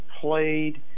played